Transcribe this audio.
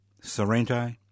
Sorrento